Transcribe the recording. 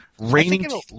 raining